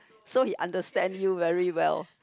so he understand you very well